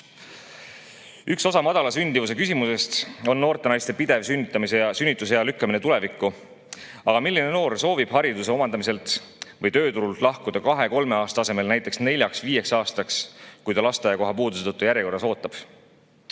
Üks osa madala sündimuse küsimusest on noorte naiste pidev sünnitusea lükkamine tulevikku. Aga milline noor soovib hariduse omandamise [pooleli jätta] või tööturult lahkuda kahe‑kolme aasta asemel näiteks neljaks‑viieks aastaks, kui ta lasteaiakoha puuduse tõttu järjekorras ootab? Peale